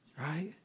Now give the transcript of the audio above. Right